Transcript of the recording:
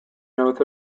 north